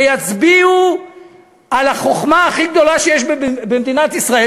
ויצביעו על החוכמה הכי גדולה שיש במדינת ישראל,